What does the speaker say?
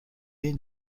این